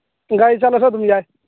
ꯒꯥꯔꯤ ꯆꯠꯂꯁꯨ ꯑꯗꯨꯝ ꯌꯥꯏ